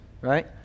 right